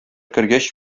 кергәч